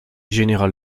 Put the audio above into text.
général